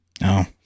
no